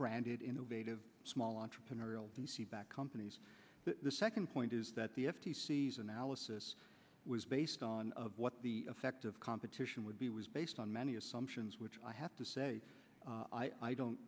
branded innovative small entrepreneurial d c back companies the second point is that the f t c is analysis was based on of what the effect of competition would be was based on many assumptions which i have to say i don't